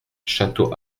château